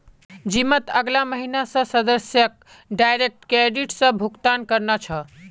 जिमत अगला महीना स सदस्यक डायरेक्ट क्रेडिट स भुक्तान करना छ